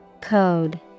Code